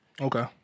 Okay